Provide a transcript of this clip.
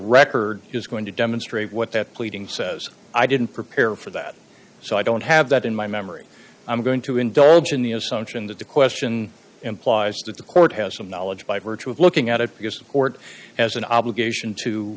record is going to demonstrate what that pleading says i didn't prepare for that so i don't have that in my memory i'm going to indulge in the assumption that the question implies that the court has some knowledge by virtue of looking at it because the court has an obligation to